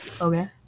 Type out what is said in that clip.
okay